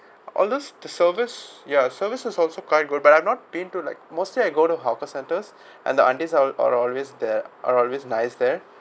although the service ya service is also quite good but I've not been to like mostly I go to hawker centers and the aunties are are always there are always nice there